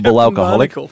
alcoholic